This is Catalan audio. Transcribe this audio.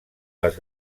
les